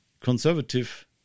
conservative